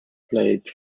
played